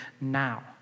now